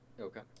Okay